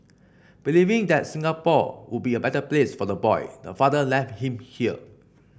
believing that Singapore would be a better place for the boy the father left him here